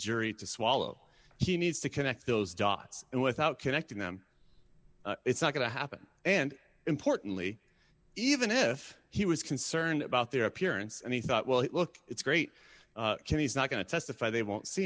jury to swallow he needs to connect those dots and without connecting them it's not going to happen and importantly even if he was concerned about their appearance and he thought well look it's great kenny's not going to testify they won't see